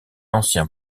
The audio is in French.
ancien